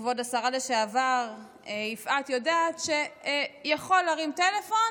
כבוד השרה לשעבר יפעת יודעת שיכולים להרים טלפון